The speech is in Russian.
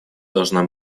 должна